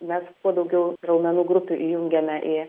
nes kuo daugiau raumenų grupių įjungiame į